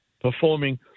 performing